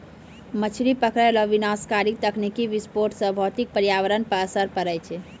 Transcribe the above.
मछली पकड़ै रो विनाशकारी तकनीकी विस्फोट से भौतिक परयावरण पर असर पड़ै छै